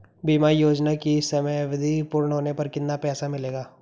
बीमा योजना की समयावधि पूर्ण होने पर कितना पैसा मिलेगा?